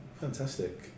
Fantastic